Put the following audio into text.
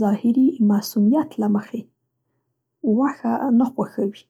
ظاهري معصویت له مخې غوښه نه خوښوي.